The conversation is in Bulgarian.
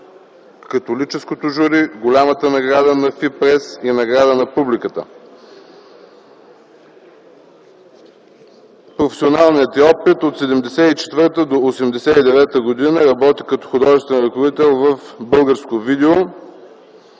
католическото жури, Голямата награда на ФИПРЕС и Награда на публиката. Професионалният й опит: От 1974 до 1989 г. работи като художествен ръководител в „Българско видео”,